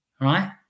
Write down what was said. right